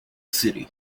city